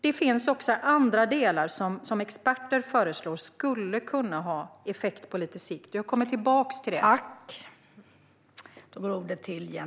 Det finns också andra delar som experter föreslår som skulle kunna få effekt på lite sikt. Jag återkommer till det.